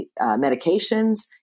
medications